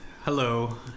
Hello